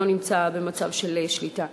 שלא נמצא במצב של שליטה?